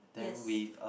yes